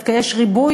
דווקא יש ריבוי,